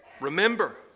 Remember